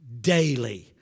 daily